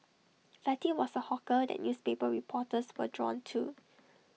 fatty was A hawker that newspaper reporters were drawn to